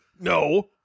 No